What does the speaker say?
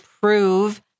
prove